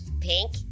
Pink